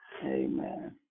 Amen